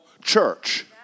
church